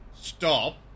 stop